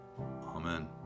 amen